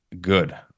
good